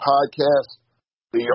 Podcast